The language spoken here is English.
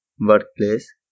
workplace